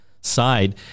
side